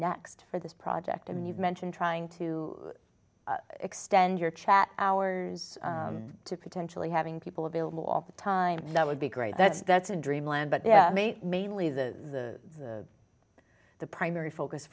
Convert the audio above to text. next for this project and you've mentioned trying to extend your chat hours to potentially having people available all the time that would be great that's that's in dreamland but yeah mainly the the primary focus